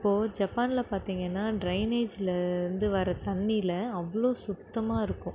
இப்போது ஜப்பானில் பார்த்திங்கன்னா டிரைனேஜில் இருந்து வர தண்ணியில் அவ்வளோ சுத்தமாக இருக்கும்